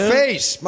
face